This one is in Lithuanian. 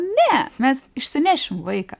ne mes išsinešim vaiką